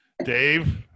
Dave